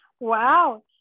Wow